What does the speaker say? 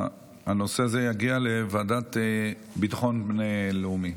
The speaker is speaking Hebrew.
הנושא הזה יגיע לוועדת ביטחון לאומי.